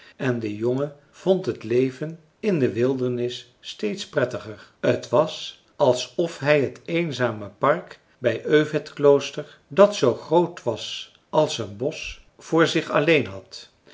en de jongen vond het leven in de wildernis steeds prettiger het was alsof hij het eenzame park bij övedklooster dat zoo groot was als een bosch voor zich alleen had